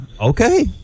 Okay